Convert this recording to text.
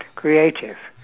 creative